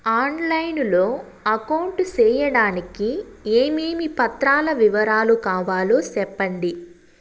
On line లో account సేయడానికి ఏమేమి పత్రాల వివరాలు కావాలో సెప్పండి?